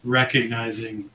recognizing